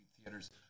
theaters